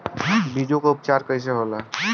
बीजो उपचार कईसे होला?